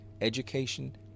education